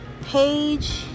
page